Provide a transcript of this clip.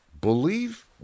believe